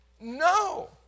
No